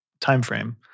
timeframe